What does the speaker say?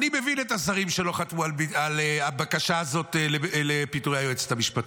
אני מבין את השרים שלא חתמו על הבקשה הזאת לפיטורי היועצת המשפטית.